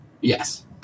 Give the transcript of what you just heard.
Yes